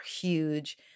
huge